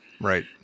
Right